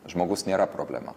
žmogus nėra problema